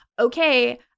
okay